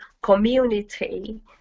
community